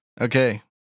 Okay